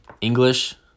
English